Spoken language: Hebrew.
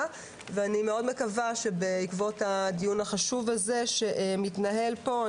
ואני מאוד מקווה שבעקבות הדיון החשוב הזה שמתנהל פה,